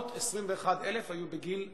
721,000 היו בגיל העבודה,